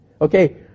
Okay